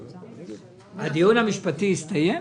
הדיון המשפטי הסתיים?